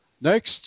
Next